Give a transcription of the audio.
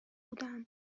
بودهام